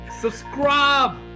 Subscribe